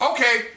Okay